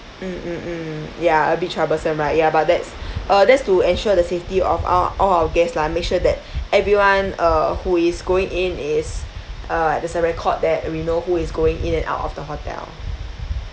mm mm mm ya a bit troublesome right ya but that's uh that's to ensure the safety of our all our guest lah make sure that everyone uh who is going in is uh there's a record that we know who is going in and out of the hotel